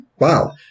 Wow